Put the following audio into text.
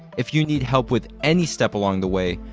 if you need help with any step along the way,